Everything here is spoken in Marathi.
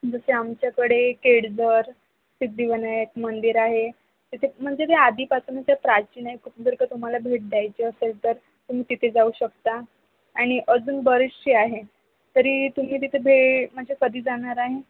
जसे आमच्याकडे केळझर सिद्धिविनायक मंदिर आहे तिथे म्हणजे ते आधीपासूनच आहे प्राचीन आहे खूप जर का तुम्हाला भेट द्यायची असेल तर तुम्ही तिथे जाऊ शकता आणि अजून बरेचशे आहे तरी तुम्ही तिथे भेट म्हणजे कधी जाणार आहे